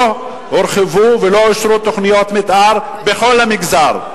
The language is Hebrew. לא הורחבו ולא אושרו תוכניות מיתאר בכל המגזר.